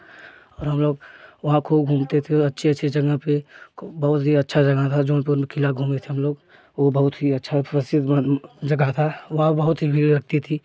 और हम लोग वहाँ खूब घूमते थे अच्छी अच्छी जगह पर को बहुत ही अच्छा जगह था क़िला घूमें थे हम लोग वे बहुत ही अच्छा जगह था वहाँ बहुत ही भीड़ लगती थी